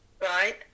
right